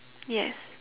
yes